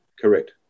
Correct